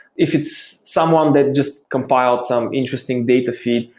if it's someone that just compiled some interesting data feed,